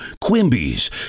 Quimby's